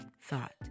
thought